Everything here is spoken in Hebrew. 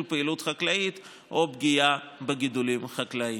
פעילות חקלאית או פגיעה בגידולים חקלאיים.